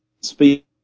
speak